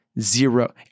zero